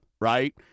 Right